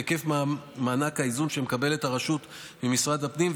בהיקף מענק האיזון שמקבלת הרשות ממשרד הפנים,